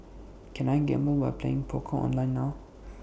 can I gamble by playing poker online now